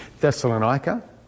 Thessalonica